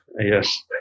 Yes